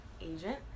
agent